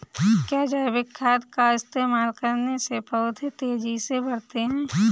क्या जैविक खाद का इस्तेमाल करने से पौधे तेजी से बढ़ते हैं?